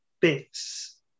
bits